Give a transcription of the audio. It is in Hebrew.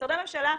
משרדי הממשלה,